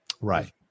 Right